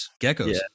geckos